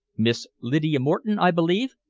miss lydia moreton, i believe?